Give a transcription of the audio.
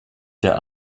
der